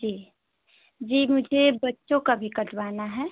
जी जी मुझे बच्चों का भी कटवाना है